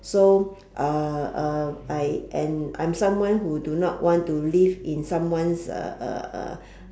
so uh uh I am I'm someone who do not want to live in someone's uh uh uh